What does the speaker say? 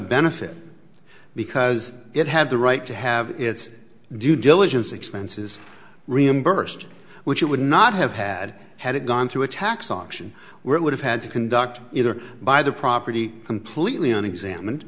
benefit because it had the right to have its due diligence expenses reimbursed which it would not have had had it gone through a tax option where it would have had to conduct either buy the property completely on exam